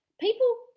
people